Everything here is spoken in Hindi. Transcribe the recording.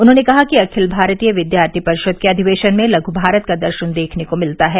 उन्होंने कहा कि अखिल भारतीय विद्यार्थी परिषद के अधिवेशन में लघ् भारत का दर्शन देखने को मिलता है